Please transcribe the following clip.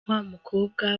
wamukobwa